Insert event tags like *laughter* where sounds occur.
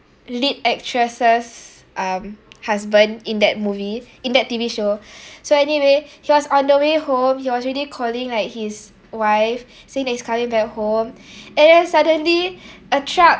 lead actress's um husband in that movie in that T_V show *breath* so anyway he was on the way home he was already calling like his wife saying that he's coming back home *breath* and then suddenly a truck